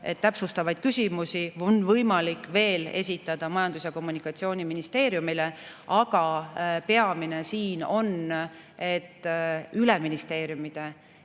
et täpsustavaid küsimusi on võimalik esitada Majandus- ja Kommunikatsiooniministeeriumile. Peamine siin on, et üle ministeeriumide